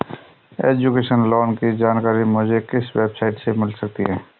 Education loan की जानकारी मुझे किस वेबसाइट से मिल सकती है?